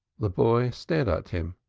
the boy stared at him,